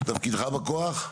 תפקידך בכוח?